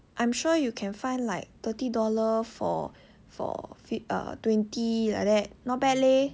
I'm sure you can find like thirty dollar for for twenty like that not bad leh